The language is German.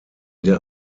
der